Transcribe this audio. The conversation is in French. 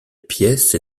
pièce